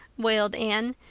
wailed anne.